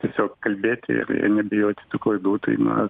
tiesiog kalbėti ir ir nebijoti tų klaidų tai na